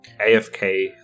AFK